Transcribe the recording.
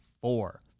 four